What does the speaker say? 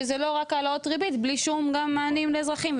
שהם לא רק העלאות ריבית בלי שום מענים לאזרחים.